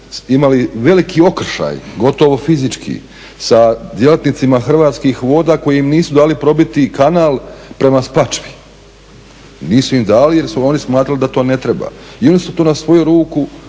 imali veliki okršaj gotovo fizički sa djelatnicima Hrvatskih voda koji im nisu dali probiti kanal prema Spačvi, nisu im dali jer su oni smatrali da to ne treba i oni su tu na svoju ruku,